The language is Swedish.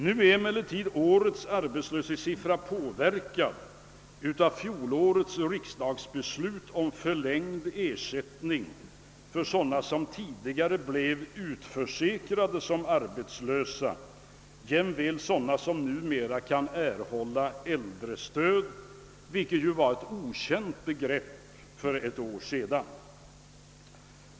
Nu är emellertid årets arbetslöshetssiffra påverkad av fjolårets riksdagsbeslut både om förlängd ersättning till sådana som tidigare blev utförsäkrade som arbetslösa och om s.k. äldrestöd, vilket var ett okänt begrepp för ett år sedan.